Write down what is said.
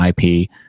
IP